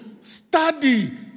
study